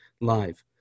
live